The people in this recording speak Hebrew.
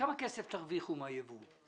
כמה כסף תרוויחו מן הייבוא?